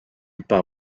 par